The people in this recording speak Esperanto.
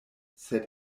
sed